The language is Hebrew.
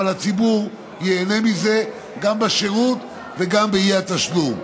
אבל הציבור ייהנה מזה, גם בשירות וגם באי-תשלום.